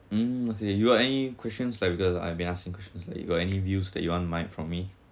mm okay you got any questions like because I've been asking questions like you got any views that you want might from me